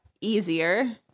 easier